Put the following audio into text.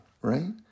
right